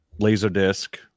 Laserdisc